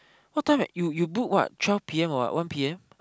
what time you you book what twelve P_M or what one P_M